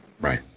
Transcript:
Right